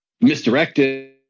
misdirected